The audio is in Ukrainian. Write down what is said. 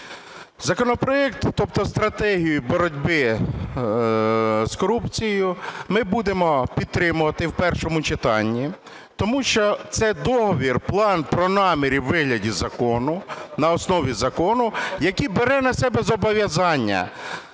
Законопроект, тобто стратегію боротьби з корупцією, ми будемо підтримувати в першому читанні, тому що це договір, план про наміри у вигляді закону, на основі закону, який бере на себе зобов'язання